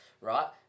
right